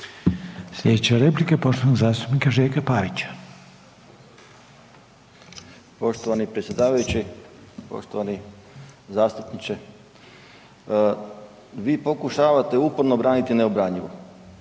Sljedeća replika je poštovanog zastupnika Željka Pavića. **Pavić, Željko (SDP)** Poštovani predsjedavajući, poštovani zastupniče. Vi pokušavate uporno braniti neobranjivo.